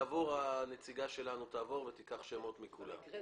הנציגה שלנו תעבור ותיקח שמות מכולם.